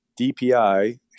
DPI